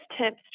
tips